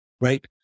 right